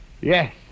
Yes